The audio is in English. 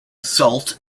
salt